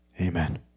Amen